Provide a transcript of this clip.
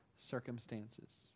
Circumstances